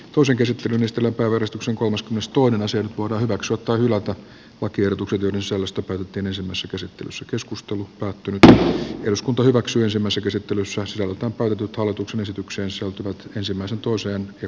osa kesätreenistä lepäävä ristuksen kolmas myös tuoden esiin kuoron jaksot on nyt voidaan hyväksyä tai hylätä lakiehdotukset joiden sisällöstä päätettiin ensimmäisessä käsittelyssä sieltä kaivetut hallituksen esitykseen sisältyvät ensimmäiset uusien ja